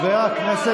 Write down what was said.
כל כך